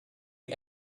you